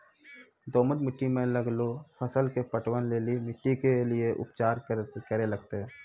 दोमट मिट्टी मे लागलो फसल मे पटवन लेली मिट्टी के की उपचार करे लगते?